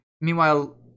Meanwhile